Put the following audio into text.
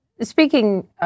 speaking